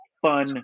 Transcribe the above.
fun